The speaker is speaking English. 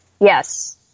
Yes